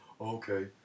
okay